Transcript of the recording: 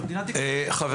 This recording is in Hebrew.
שמדינת ישראל --- חברים,